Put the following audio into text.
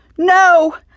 No